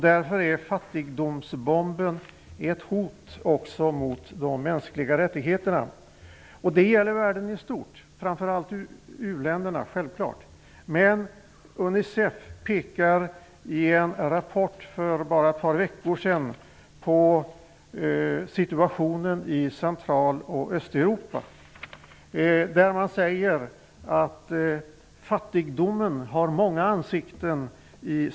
Därför är fattigdomsbomben ett hot också mot de mänskliga rättigheterna. Det gäller världen i stort och självfallet framför allt u-länderna. UNICEF pekar dock i en rapport för bara ett par veckor sedan på situationen i Central och Östeuropa och säger att fattigdomen där har många ansikten.